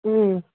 ꯎꯝ